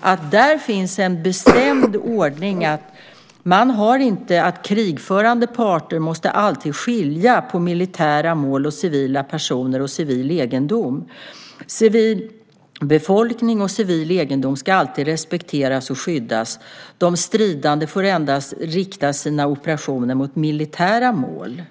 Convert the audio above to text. att där finns en bestämd ordning: Krigförande parter måste alltid skilja på militära mål och civila personer och civil egendom. Civilbefolkning och civil egendom ska alltid respekteras och skyddas. De stridande får endast rikta sina operationer mot militära mål.